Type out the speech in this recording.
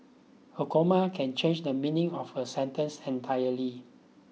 a comma can change the meaning of a sentence entirely